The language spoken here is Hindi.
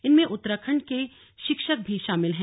इनमें उत्तराखंड के शिक्षक भी शामिल हैं